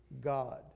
God